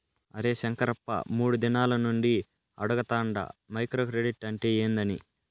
అరే శంకరప్ప, మూడు దినాల నుండి అడగతాండ మైక్రో క్రెడిట్ అంటే ఏందని